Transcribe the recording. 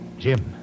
Jim